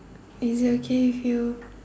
is it okay if you